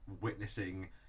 witnessing